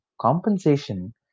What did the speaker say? compensation